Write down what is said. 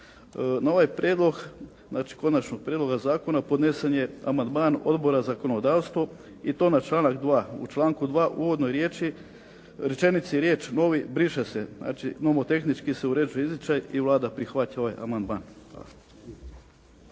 Na ovaj prijedlog, znači konačni prijedlog zakona podnesen je amandman Odbora za zakonodavstvo i to na članak 2. U članku 2. u uvodnoj rečenici riječ: "novi" briše se. Znači nomotehnički se uređuje izričaj i Vlada prihvaća ovaj amandman.